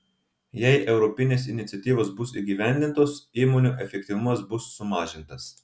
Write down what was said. jei europinės iniciatyvos bus įgyvendintos įmonių efektyvumas bus sumažintas